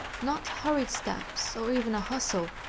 not hurried steps or even a hustle,